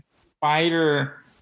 spider